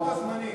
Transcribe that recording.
מה לוחות הזמנים?